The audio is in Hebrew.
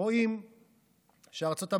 רואים שארצות הברית,